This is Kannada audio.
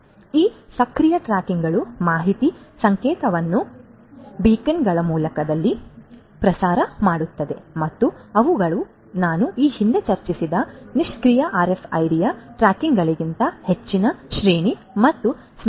ಆದ್ದರಿಂದ ಈ ಸಕ್ರಿಯ ಟ್ಯಾಗ್ಗಳು ಮಾಹಿತಿ ಸಂಕೇತವನ್ನು ಬೀಕನ್ಗಳ ರೂಪದಲ್ಲಿ ಪ್ರಸಾರ ಮಾಡುತ್ತವೆ ಮತ್ತು ಅವುಗಳು ನಾನು ಈ ಹಿಂದೆ ಚರ್ಚಿಸಿದ ನಿಷ್ಕ್ರಿಯ ಆರ್ಎಫ್ಐಡಿ ಟ್ಯಾಗ್ಗಳಿಗಿಂತ ಹೆಚ್ಚಿನ ಶ್ರೇಣಿ ಮತ್ತು ಸ್ಮರಣೆಯನ್ನು ಹೊಂದಿವೆ